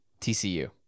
TCU